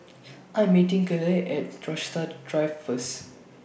I Am meeting Cliffie At Rochester Drive First